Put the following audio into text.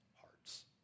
hearts